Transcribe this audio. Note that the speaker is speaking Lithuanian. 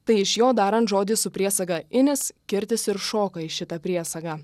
tai iš jo darant žodį su priesaga inis kirtis ir šoka į šitą priesagą